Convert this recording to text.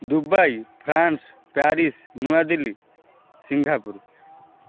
Dubai France Paris Nuadilli Singapore